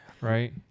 Right